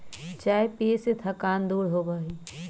चाय पीये से थकान दूर होबा हई